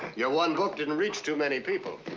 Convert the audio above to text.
your one book didn't reach too many people.